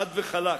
"חד וחלק"